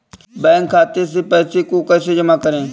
Bank खाते से पैसे को कैसे जमा करें?